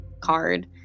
card